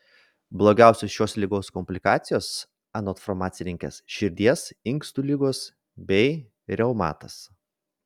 blogiausios šios ligos komplikacijos anot farmacininkės širdies inkstų ligos bei reumatas